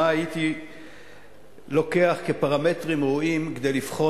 מה הייתי לוקח כפרמטרים ראויים כדי לבחון